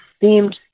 seemed